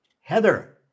Heather